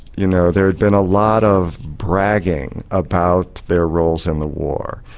you know there'd been a lot of bragging about their roles in the war,